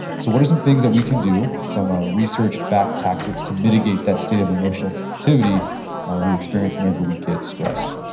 so what are some things that we can do, some ah research back tactics to mitigate that state of emotional sensitivity we experience whenever we get stressed?